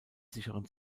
sicheren